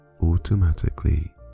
Automatically